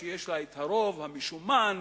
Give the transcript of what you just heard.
שיש לה הרוב המשומן,